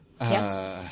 Yes